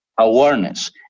awareness